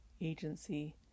agency